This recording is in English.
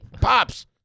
Pops